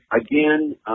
Again